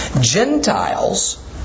Gentiles